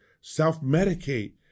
self-medicate